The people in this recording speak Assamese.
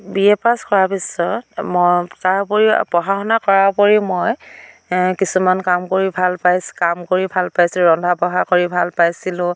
বিএ পাছ কৰাৰ পিছত মই তাৰ উপৰিও পঢ়া শুনা কৰাৰ উপৰিও মই কিছুমান কাম কৰি ভাল পাইছ কাম কৰি ভাল পাইছোঁ ৰন্ধা বঢ়া কৰি ভাল পাইছিলোঁ